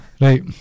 Right